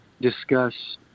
discuss